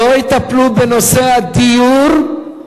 לא יטפלו בנושא הדיור,